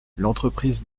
l’entreprise